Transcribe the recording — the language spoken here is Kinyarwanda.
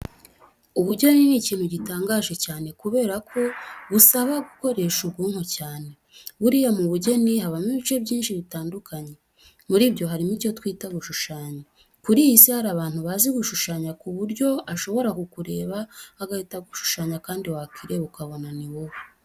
Ubugeni ni ikintu gitangaje cyane kubera ko busaba gukoresha ubwonko cyane. Buriya mu bugeni habamo ibice byinshi bitandukanye. Muri ibyo harimo icyo twita gushushanya. Kuri iyi Isi hari abantu bazi gushushyanya ku buryo ashobora kukureba agihita agushushyanya kandi wakwireba ukabona ni wowe.